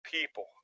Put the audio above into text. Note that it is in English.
people